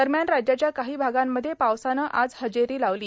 दरम्यान राज्याच्या काही भागांत पावसानं आज हजेरी लावली